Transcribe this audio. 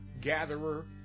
gatherer